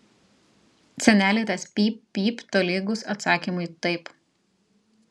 senelei tas pyp pyp tolygus atsakymui taip